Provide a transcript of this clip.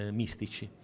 mistici